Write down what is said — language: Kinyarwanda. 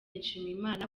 nshimiyimana